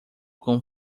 com